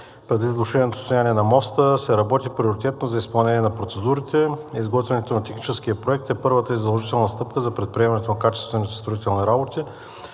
Предвид влошеното състояние на моста се работи приоритетно за изпълнение на процедурите. Изготвянето на техническия проект е първата и задължителна стъпка за предприемането на качествените строителни работи.